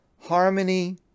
harmony